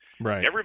Right